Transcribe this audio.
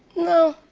no.